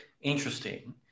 interesting